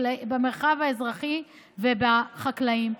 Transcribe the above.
האזרחי ובחקלאים,